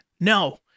No